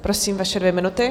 Prosím, vaše dvě minuty.